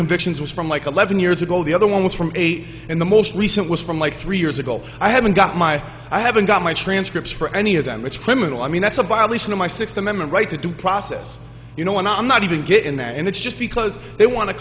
convictions was from like eleven years ago the other one was from eight and the most recent was from like three years ago i haven't got my i haven't got my transcripts for any of them which criminal i mean that's a violation of my sixth amendment right to due process you know and i'm not even good in that and it's just because they want to